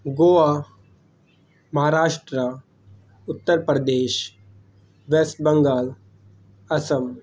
Goa Maharashtra Uttar Pradesh West Bengal Assam